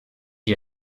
die